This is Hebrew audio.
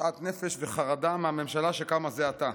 שאט נפש וחרדה מהממשלה שקמה זה עתה.